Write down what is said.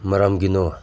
ꯃꯔꯝꯒꯤꯅꯣ